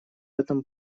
этом